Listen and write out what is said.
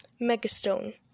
Megastone